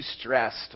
stressed